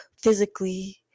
physically